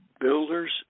builders